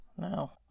no